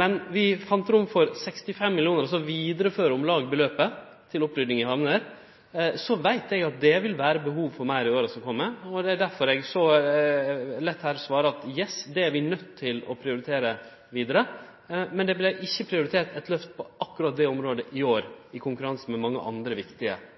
Men vi fann rom for 65 mill. kr – altså om lag ei vidareføring av beløpet – til opprydding i hamner. Så veit eg at det vil vere behov for meir i åra som kjem, og derfor svarar eg så lett her at: Yes, dette er vi nøydde til å prioritere vidare! Men det vart ikkje prioritert eit løft på akkurat det området i år, i konkurranse med mange